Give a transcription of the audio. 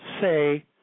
say